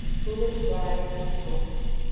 full of briars and thorns.